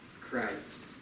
Christ